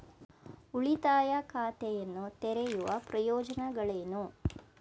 ಉಳಿತಾಯ ಖಾತೆಯನ್ನು ತೆರೆಯುವ ಪ್ರಯೋಜನಗಳೇನು?